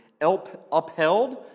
upheld